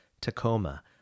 Tacoma